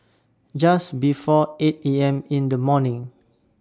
Just before eight A M in The morning